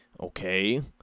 okay